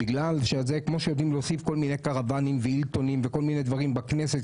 כמו שיודעים להוסיף כל מיני קרוואנים והילטונים בכנסת,